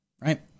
Right